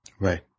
Right